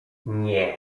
nie